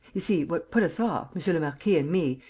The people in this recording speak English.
you see, what put us off, monsieur le marquis and me,